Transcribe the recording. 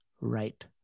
Right